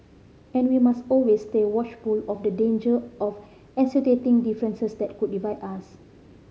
and we must always stay watchful of the danger of accentuating differences that could divide us